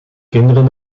kinderen